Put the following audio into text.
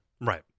Right